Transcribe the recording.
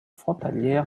frontalière